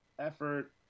effort